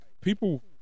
people